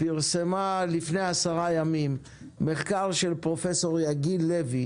פרסמה לפני עשרה ימים מחקר של פרופ' יגיל לוי